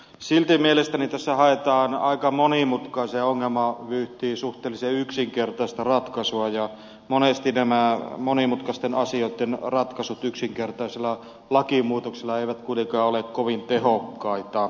silti mielestäni tässä haetaan aika monimutkaiseen ongelmavyyhtiin suhteellisen yksinkertaista ratkaisua ja monesti nämä monimutkaisten asioitten ratkaisut yksinkertaisilla lakimuutoksilla eivät kuitenkaan ole kovin tehokkaita